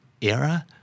era